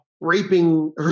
raping